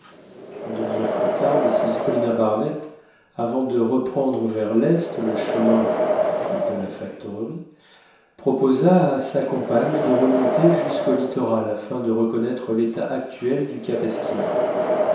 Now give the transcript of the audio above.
une demi-heure plus tard mrs paulina barnett avant de reprendre vers l'est le chemin de la factorerie proposa à sa compagne de remonter jusqu'au littoral afin de reconnaître l'état actuel du cap